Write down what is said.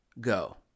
go